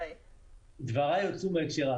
דבריי הוצאו מהקשרם.